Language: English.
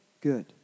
good